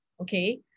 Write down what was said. okay